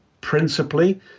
principally